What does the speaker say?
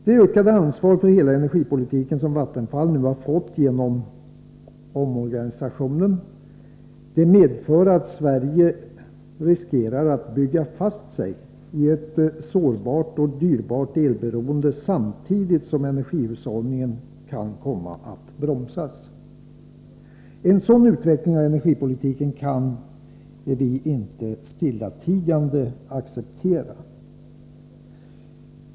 Det ökade ansvar för hela energipolitiken som Vattenfall fått genom omorganisationen medför att Sverige riskerar att bygga fast sig i ett sårbart och dyrbart elberoende samtidigt som energihushållningen kan komma att bromsas. En sådan utveckling av energipolitiken kan vi inte stillatigande acceptera.